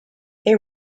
they